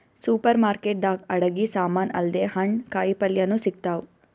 super market ದಾಗ್ ಅಡಗಿ ಸಮಾನ್ ಅಲ್ದೆ ಹಣ್ಣ್ ಕಾಯಿಪಲ್ಯನು ಸಿಗ್ತಾವ್